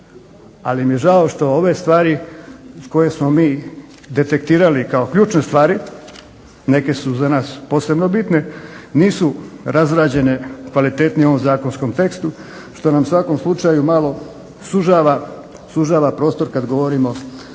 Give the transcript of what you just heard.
ali mi je žao što ove stvari koje smo mi detektirali kao ključne stvari, neke su za nas posebno bitne, nisu razrađene kvalitetnije u ovom zakonskom tekstu što nam u svakom slučaju malo sužava prostor kad govorimo o